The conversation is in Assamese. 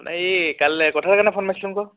মানে এই কাললে কথাৰ কাৰণে ফোন মাৰিছিলোঁ আকৌ